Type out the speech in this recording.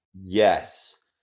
Yes